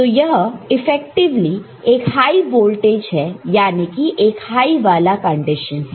तो यह इफेक्टिवली एक हाई वोल्टेज है यानी कि एक हाई वाला कंडीशन है